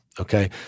okay